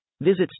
visit